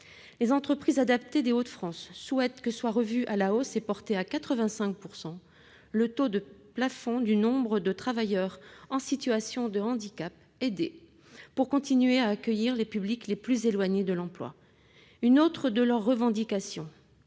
Les entreprises adaptées des Hauts-de-France souhaitent que soit revu à la hausse et porté à 85 % le taux plafond du nombre de travailleurs en situation de handicap aidés pour continuer à accueillir les publics les plus éloignés de l'emploi. Autre revendication